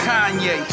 Kanye